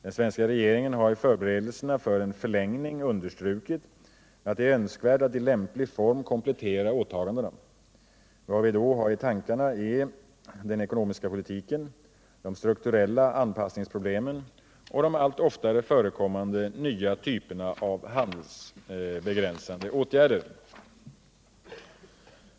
Den svenska regeringen har i förberedelserna för en förlängning understrukit att det är önskvärt att i lämplig form komplettera åtagandena. Vad vi då har i tankarna är den ekonomiska politiken, de strukturella anpassningsproblemen och de allt oftare förekommande nya typerna av handelsbegränsande åtgärder.